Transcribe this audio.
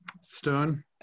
Stone